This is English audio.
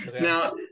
now